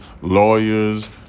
lawyers